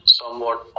somewhat